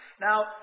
Now